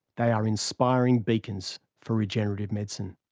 they are inspiring beacons for regenerative medicine.